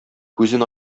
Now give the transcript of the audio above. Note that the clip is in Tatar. күзен